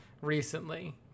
recently